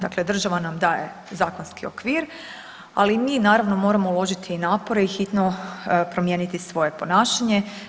Dakle država nam daje zakonski okvir, ali i mi naravno, moramo uložiti i napore i hitno promijeniti svoje ponašanje.